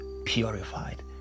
purified